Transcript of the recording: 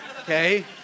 Okay